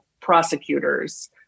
prosecutors